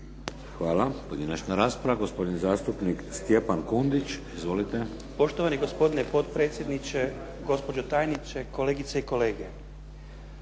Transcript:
Hvala. Pojedinačna rasprava. Gospodin zastupnik Stjepan Kundić. Izvolite. **Kundić, Stjepan (HDZ)** Poštovani gospodine potpredsjedniče, gospođo, tajniče, kolegice i kolege.